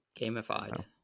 gamified